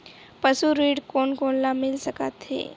पशु ऋण कोन कोन ल मिल सकथे?